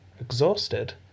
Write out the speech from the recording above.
exhausted